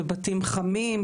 בבתים חמים,